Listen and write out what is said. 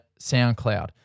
SoundCloud